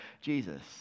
Jesus